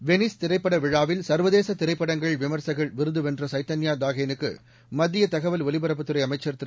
Venice திரைப்படவிழாவில் சர்வதேசதிரைப்படங்கள் விமர்சகர் விருதுவென்றசைதன்யாதாஹேனுக்குமத்தியதகவல் ஒலிபரப்பு அமைச்சர் திரு